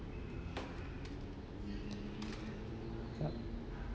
yup